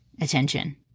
attention